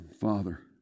Father